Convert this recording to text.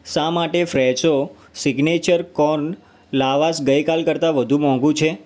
શા માટે Fresho signature corn lavash ગઈકાલ કરતાં વધુ મોંઘુ છે